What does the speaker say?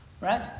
Right